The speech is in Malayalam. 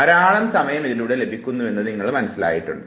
ധാരാളം സമയം ഇതിലൂടെ ലഭിക്കുന്നുവെന്ന് നിങ്ങൾക്ക് മനസിലായിട്ടുണ്ട്